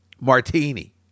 Martini